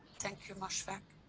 thank you mosfeq.